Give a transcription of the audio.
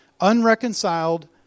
unreconciled